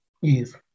Yes